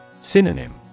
Synonym